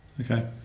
Okay